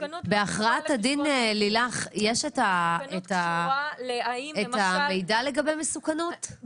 בהכרעת הדין, לילך, יש את המידע לגבי מסוכנות?